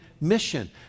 mission